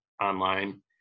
online